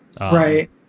Right